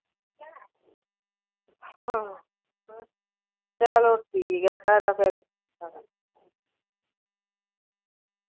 चलो ठीक ऐ खरा फिर